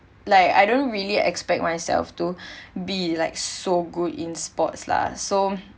like I don't really expect myself to be like so good in sports lah so